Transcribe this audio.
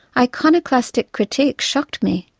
iconoclastic critiques shocked me,